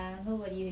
mm